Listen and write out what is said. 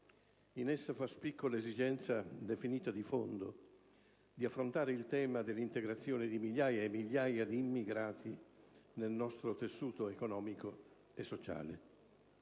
In essa fa spicco l'esigenza, definita "di fondo", di affrontare il tema dell'integrazione di migliaia e migliaia di immigrati nel nostro tessuto economico e sociale.